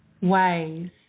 ways